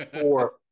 four